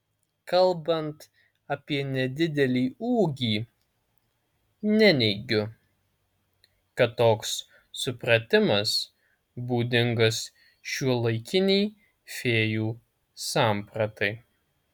kalbant apie nedidelį ūgį neneigiu kad toks supratimas būdingas šiuolaikinei fėjų sampratai